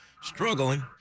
struggling